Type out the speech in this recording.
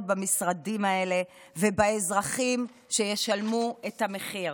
במשרדים האלה ובאזרחים שישלמו את המחיר?